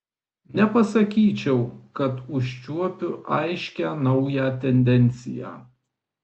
nepasakyčiau kad užčiuopiu aiškią naują tendenciją